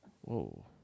Whoa